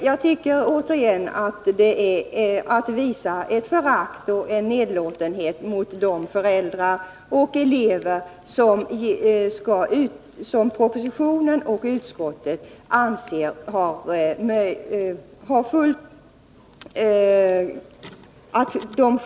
Jag tycker återigen att det är att visa ett förakt för och en nedlåtenhet mot de föräldrar och elever som — enligt propositionen och utskottets betänkande — själva kan utforma detta.